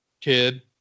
kid